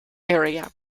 area